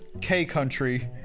K-Country